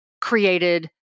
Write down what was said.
created